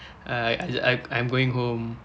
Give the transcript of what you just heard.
I I I'm going home